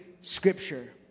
scripture